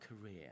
career